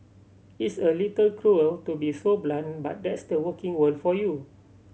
it's a little cruel to be so blunt but that's the working world for you